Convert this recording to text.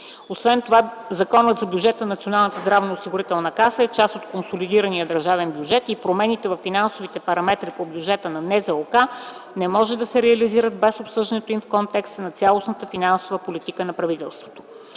Освен това Законът за бюджета на НЗОК е част от консолидирания държавен бюджет и промените във финансовите параметри по бюджета на НЗОК не може да се реализират без обсъждането им в контекста на цялостната финансова политика на правителството.